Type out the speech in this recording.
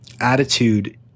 Attitude